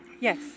Yes